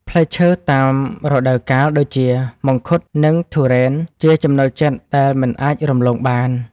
ផ្លែឈើតាមរដូវកាលដូចជា មង្ឃុត និងធុរេន ជាចំណូលចិត្តដែលមិនអាចរំលងបាន។